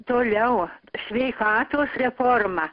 toliau sveikatos reforma